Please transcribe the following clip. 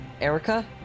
Erica